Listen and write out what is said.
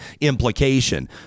implication